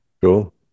Cool